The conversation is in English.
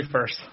first